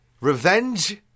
Revenge